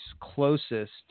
closest